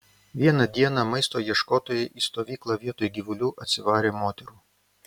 vieną dieną maisto ieškotojai į stovyklą vietoj gyvulių atsivarė moterų